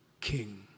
king